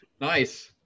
nice